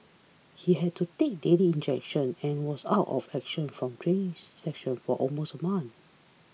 he had to take daily injections and was out of action from training sessions for almost a month